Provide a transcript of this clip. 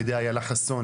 על ידי איילה חסון,